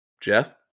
Jeff